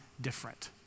different